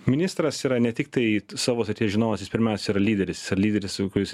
ministras yra ne tiktai savo srities žinovas jis pirmiausiai yra lyderis lyderis kuris